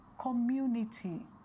community